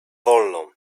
wolno